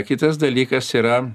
kitas dalykas yra